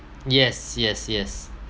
yes yes yes